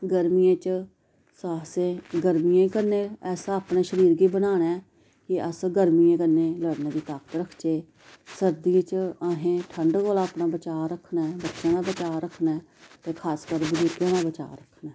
गर्मियें च ऐसा असें गर्मियें कन्नै ऐसा अपने शरीर गी बनाना ऐ कि असें गर्मी कन्ने लड़ने दी ताकत रखचै सर्दियें च अस ठंड कोला अपना बचाऽ रखना ऐ बच्चें दा बचाऽ रखना ऐ ते खास करियै बुजुर्गें दा बचाऽ रखना ऐ